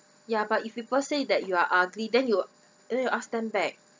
ya but if people say that you are ugly then you then you ask them back